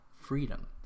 freedom